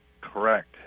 Correct